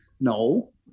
No